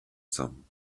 some